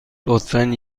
لطفا